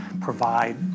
provide